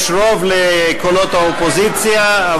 יש רוב לקולות האופוזיציה,